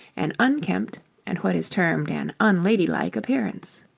an unkempt and what is termed an unladylike appearance.